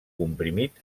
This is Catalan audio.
comprimit